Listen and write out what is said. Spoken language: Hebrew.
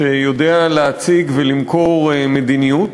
שיודע להציג ולמכור מדיניות,